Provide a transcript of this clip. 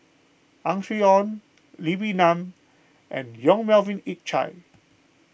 Ang Swee Aun Lee Wee Nam and Yong Melvin Yik Chye